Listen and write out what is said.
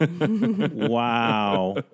Wow